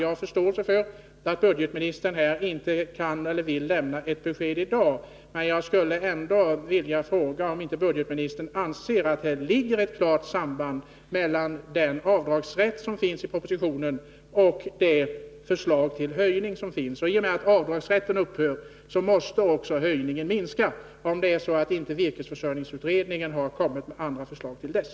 Jag har förståelse för att budgetministern inte kan eller vill lämna ett besked i dag. Men jag skulle ändå vilja fråga om inte budgetministern anser att det föreligger ett klart samband mellan den avdragsrätt som anges i propositionen och förslaget till höjning. I och med att avdragsrätten upphör måste också höjningen minska — om inte virkesförsörjningsutredningen har kommit med andra förslag till dess.